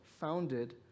founded